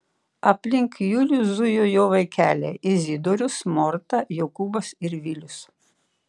aplink julių zujo jo vaikeliai izidorius morta jokūbas ir vilius